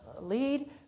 Lead